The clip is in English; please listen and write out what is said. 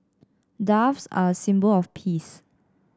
doves are a symbol of peace